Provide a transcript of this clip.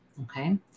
Okay